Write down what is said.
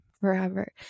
forever